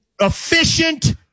efficient